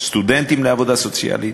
סטודנטים לעבודה סוציאלית,